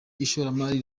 ishoramari